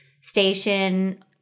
station